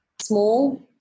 small